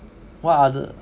what othe~